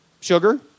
sugar